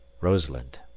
rosalind